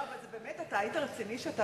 אתה היית רציני?